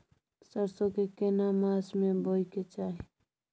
सरसो के केना मास में बोय के चाही?